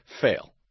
fail